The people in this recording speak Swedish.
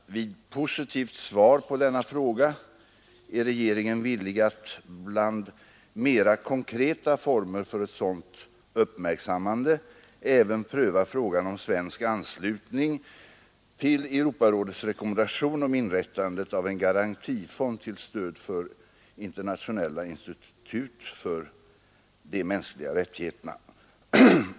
Vid positivt svar på denna fråga, är regeringen villig att bland mera konkreta former för ett sådant uppmärksammande även pröva frågan om svensk anslutning till Europarådets rekommendation om inrättandet av en garantifond till stöd för internationella institutet för de mänskliga rättigheterna?